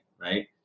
right